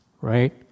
right